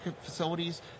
facilities